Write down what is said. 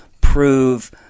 prove